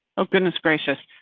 oh, goodness. gracious.